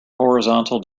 horizontal